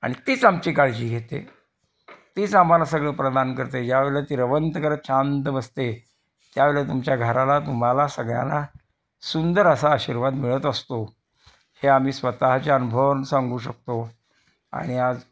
आणि तीच आमची काळजी घेते तीच आम्हाला सगळं प्रदान करते ज्यावेळेला ती रवंथ करत शांत बसते त्यावेळेला तुमच्या घराला तुम्हाला सगळ्यांना सुंदर असा आशीर्वाद मिळत असतो हे आम्ही स्वतःचे अनुभवावरून सांगू शकतो आणि आज